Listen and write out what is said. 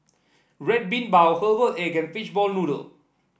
Red Bean Bao Herbal Egg and Fishball Noodle